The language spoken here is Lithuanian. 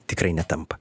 tikrai netampa